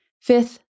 Fifth